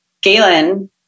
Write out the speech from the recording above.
Galen